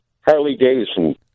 Harley-Davidson